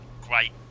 great